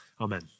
Amen